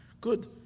Good